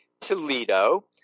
Toledo